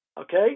Okay